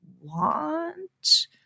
want